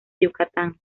yucatán